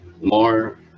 more